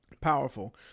powerful